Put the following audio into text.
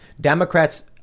Democrats